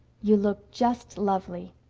you look just lovely.